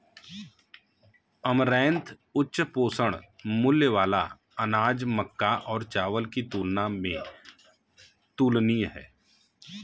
amaranth उच्च पोषण मूल्य वाला अनाज मक्का और चावल की तुलना में तुलनीय है